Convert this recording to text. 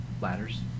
Ladders